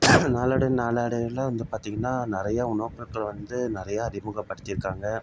நாளடைவு நாளடைவில் வந்து பார்த்திங்கன்னா நிறையா உணவுப் பொருட்கள் வந்து நிறையா அறிமுகப்படுத்தியிருக்காங்க